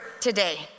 today